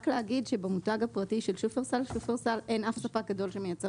רק להגיד שבמותג הפרטי של שופסל אין אף ספק גדול שמייצר,